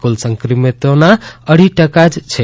કુલ સંક્રમિતોના અઢી ટકા જ છે